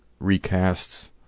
recasts